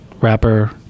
rapper